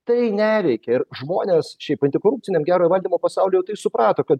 tai neveikia ir žmonės šiaip antikorupciniam gero valdymo pasauly jau tai suprato kad